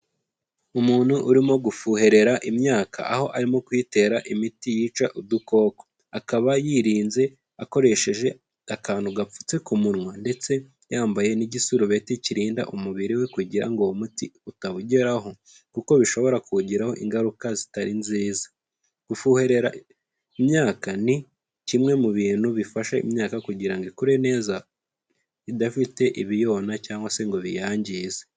Umuntu urimo gufuhera imyaka, aho arimo kuyitera imiti yica udukoko, akaba yirinze akoresheje akantu gapfutse ku munwa ndetse yambaye n'igisurubeti kirinda umubiri we kugira ngo umuti utamugeraho, kuko bishobora kuba byawugiraho ingaruka zitari nziza, gufuhera imyaka ni kimwe mu bintu bifasha imyaka kugira ngo ikure neza idafite ibiyona cyangwa se ngo biyangize.